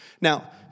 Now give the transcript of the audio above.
Now